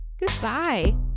goodbye